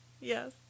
Yes